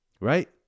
right